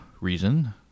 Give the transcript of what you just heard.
reason